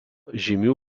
žymių